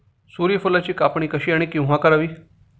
सूर्यफुलाची कापणी कशी आणि केव्हा करावी?